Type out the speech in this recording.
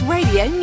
Radio